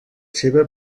seva